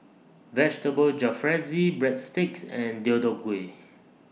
Vegetable Jalfrezi Breadsticks and Deodeok Gui